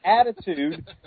attitude